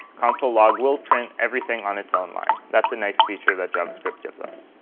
console log will print everything on its own line. that's a nice feature that javascript gives us.